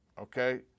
Okay